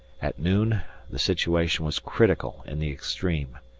at noon the situation was critical in the extreme.